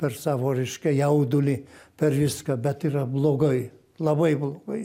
per savo reiškia jaudulį per viską bet yra blogai labai blogai